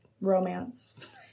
romance